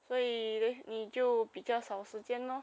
所以呢就比较少时间咯